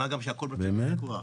מה גם שהכול תחת פיקוח.